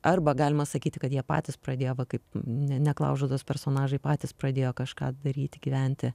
arba galima sakyti kad jie patys pradėjo va kaip neklaužados personažai patys pradėjo kažką daryti gyventi